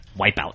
Wipeout